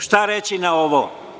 Šta reći na ovo.